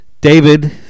David